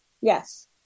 Yes